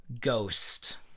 ghost